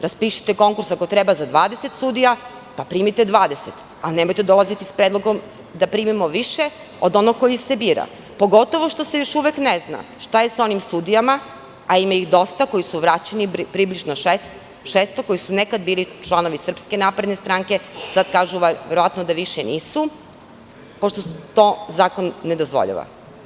Raspišite konkurs ako treba za 20 sudija, pa primite 20, a nemojte dolaziti s predlogom da primimo više od onog koji se bira, pogotovo što se još uvek ne zna šta je sa onim sudijama, a ima ih dosta koji su vraćeni, približno 600, koji su nekad bili članovi SNS, sad kažu verovatno da više nisu, pošto to zakon ne dozvoljava.